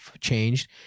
changed